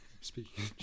speaking